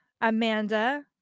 Amanda